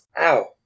Ow